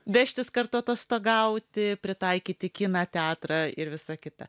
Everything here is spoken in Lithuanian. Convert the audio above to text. vežtis kartu atostogauti pritaikyti kiną teatrą ir visa kita